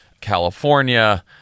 California